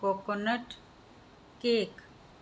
coconut cake